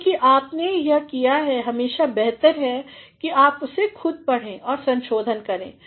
क्योंकि आपने यह किया है हमेशा बेहतर है कि आप उसे खुद पढ़ें और संशोधन करें